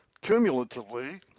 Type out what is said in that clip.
cumulatively